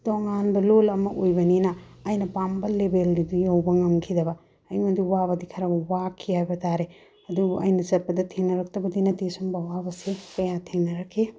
ꯇꯣꯉꯥꯟꯕ ꯂꯣꯟ ꯑꯃ ꯑꯣꯏꯕꯅꯤꯅ ꯑꯩꯅ ꯄꯥꯝꯕ ꯂꯦꯕꯦꯜꯗꯨꯗꯤ ꯌꯧꯕ ꯉꯝꯈꯤꯗꯕ ꯑꯩꯉꯣꯟꯗ ꯋꯥꯕꯗꯤ ꯈꯔ ꯋꯥꯈꯤ ꯍꯥꯏꯕ ꯇꯥꯔꯦ ꯑꯗꯨꯕꯨ ꯑꯩꯅ ꯆꯠꯄꯗ ꯊꯦꯡꯅꯔꯛꯇꯕꯗꯤ ꯅꯠꯇꯦ ꯁꯨꯝꯕ ꯑꯋꯥꯕꯁꯦ ꯀꯌꯥ ꯊꯦꯡꯅꯔꯛꯈꯤ